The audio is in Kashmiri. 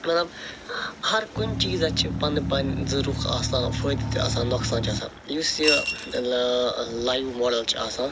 مطلب ہر کُنہ چیٖزَس چھِ پَنٕنۍ پَنٕنۍ زٕ رُخ آسان فٲیدٕ تہِ آسان نۄقصان چھِ آسان یُس یہِ ٲں لایِو ماڈل چھُ آسان